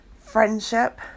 Friendship